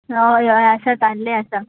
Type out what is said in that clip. हय हय आसा ताल्ले आसा